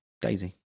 Daisy